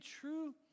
true